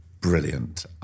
Brilliant